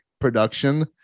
production